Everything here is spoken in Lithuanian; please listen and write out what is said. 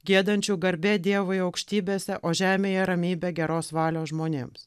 giedančių garbė dievui aukštybėse o žemėje ramybė geros valios žmonėms